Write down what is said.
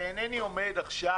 ואינני אומר עכשיו: